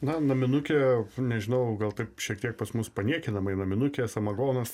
na naminukė nežinau gal taip šiek tiek pas mus paniekinamai naminukė samagonas